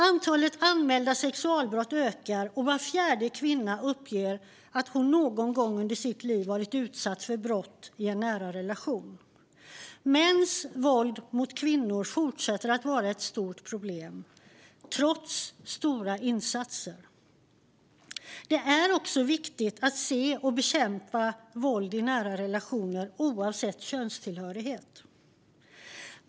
Antalet anmälda sexualbrott ökar, och var fjärde kvinna uppger att de någon gång under sitt liv varit utsatta för brott i en nära relation. Mäns våld mot kvinnor fortsätter att vara ett stort problem trots stora insatser. Det är också viktigt att se och bekämpa våld i nära relationer, oavsett könstillhörighet.